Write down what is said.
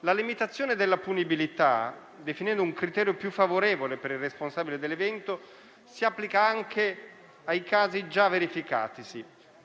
La limitazione della punibilità, definendo un criterio più favorevole per il responsabile dell'evento, si applica anche ai casi già verificatisi.